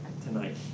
tonight